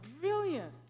brilliant